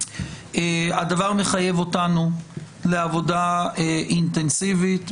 הדבר מחייב אותנו לעבודה אינטנסיבית,